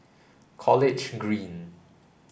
College Green